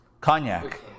Cognac